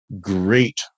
great